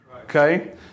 Okay